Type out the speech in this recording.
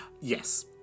Yes